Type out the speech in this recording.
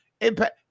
impact